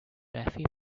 taffy